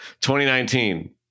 2019